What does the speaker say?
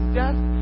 death